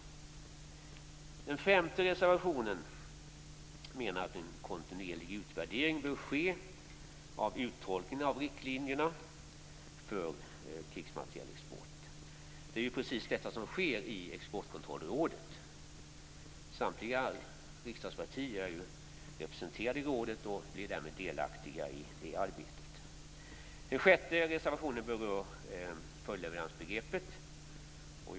I den femte reservationen menar man att en kontinuerlig utvärdering bör ske av uttolkningen av riktlinjerna för krigsmaterielexport. Det är precis detta som sker i Exportkontrollrådet. Samtliga riksdagspartier är ju representerade i rådet och därmed delaktiga i det arbetet. I den sjätte reservationen berör man begreppet följdleverans.